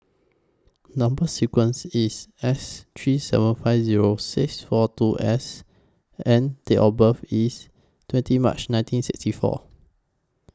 Number sequence IS S three seven five Zero six four two S and Date of birth IS twenty March nineteen sixty four